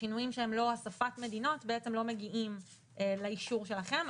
השינויים שהם לא הוספת מדינות בעצם לא מגיעים לאישור שלכם.